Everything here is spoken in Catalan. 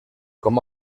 com